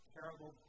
Terrible